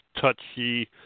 touchy